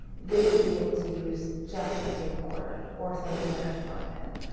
they would be able to use just a tape recorder or something like a smart pen.